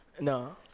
No